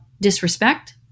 disrespect